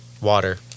water